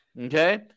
Okay